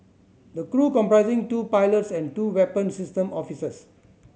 the crew comprising two pilots and two weapon system officers